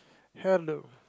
hello